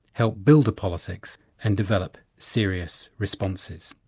help build a politics and develop serious responses.